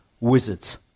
wizards